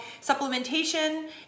supplementation